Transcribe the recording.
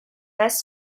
wes